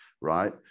right